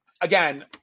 Again